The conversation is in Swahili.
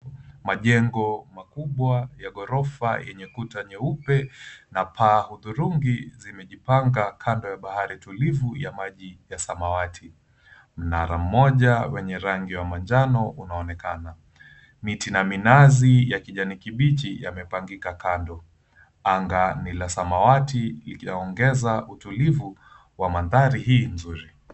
Majengo makubwa ya ghorofa yenye kuta nyeupe na paa hudhurungi zimejipanga kando ya bahari tulivu ya maji ya samawati. Mnara mmoja wenye rangi wa manjano unaonekana. Miti na minazi ya kijani kibichi yamepangika kando. Anga ni la samawati linaongeza utulivu wa mandhari hii nzuri.